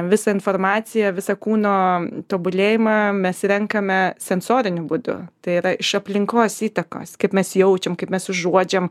visą informaciją visą kūno tobulėjimą mes renkame sensoriniu būdu tai yra iš aplinkos įtakos kaip mes jaučiam kaip mes užuodžiam